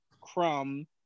crumb